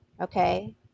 Okay